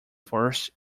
first